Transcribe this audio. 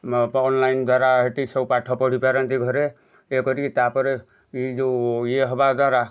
online ଦ୍ବାରା ହେଠି ସବୁ ପାଠ ପଢ଼ି ପାରନ୍ତି ଘରେ ଇଏ କରିକି ତାପରେ ଏଇ ଯେଉଁ ଇଏ ହେବା ଦ୍ବାରା